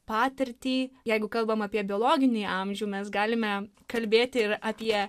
patirtį jeigu kalbam apie biologinį amžių mes galime kalbėti ir apie